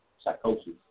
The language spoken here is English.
psychosis